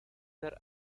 their